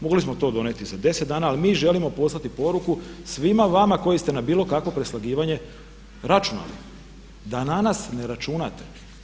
Mogli smo to donijeti i za 10 dana ali mi želimo poslati poruku svima vama koji ste na bilo kakvo preslagivanje računali da na nas ne računate.